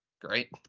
great